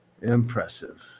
impressive